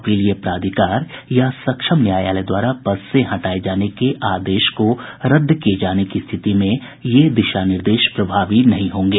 अपीलीय प्राधिकार या सक्षम न्यायालय द्वारा पद से हटाये जाने के आदेश को रद्द किये जाने की स्थिति ये दिशा निर्देश प्रभावी नहीं होंगे